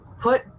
put